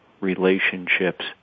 relationships